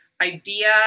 idea